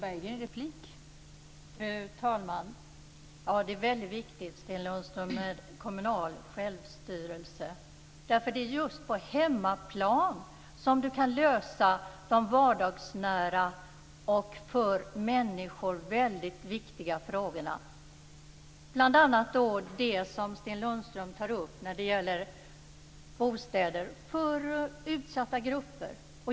Fru talman! Det är väldigt viktigt, Sten Lundström, med kommunal självstyrelse. Det är just på hemmaplan som du kan lösa de vardagsnära och för människor väldigt viktiga frågorna. Det gäller bl.a. det som Sten Lundström tar upp när det gäller bostäder för utsatta grupper.